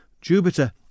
Jupiter